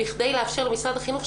בכדי לאפשר למשרד החינוך,